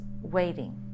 waiting